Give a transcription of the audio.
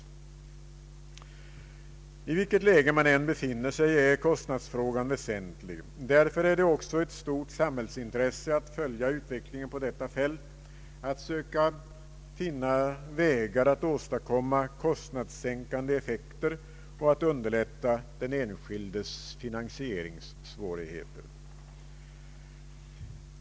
I vilket läge man än befinner sig är kostnadsfrågan väsentlig. Därför är det också ett stort samhällsintresse att följa utvecklingen på detta fält, att finna vägar att åstadkomma kostnadssänkande effekter och att lindra den enskildes finansieringssvårigheter.